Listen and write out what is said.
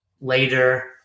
later